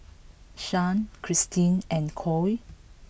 Shae Christene and Coy